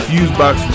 Fusebox